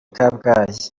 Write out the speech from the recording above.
kabgayi